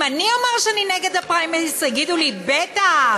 אם אני אומר שאני נגד הפריימריז, תגידו לי: בטח.